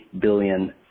billion